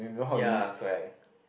ya correct